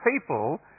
people